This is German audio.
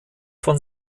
von